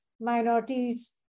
minorities